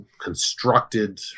constructed